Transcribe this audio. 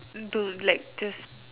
don't like just